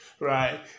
Right